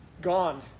Gone